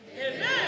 Amen